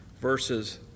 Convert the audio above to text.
verses